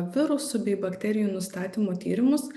virusų bei bakterijų nustatymo tyrimus